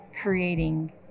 creating